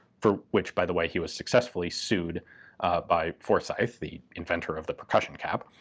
for which by the way, he was successfully sued by forsyth, the inventor of the percussion cap,